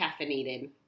caffeinated